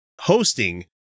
hosting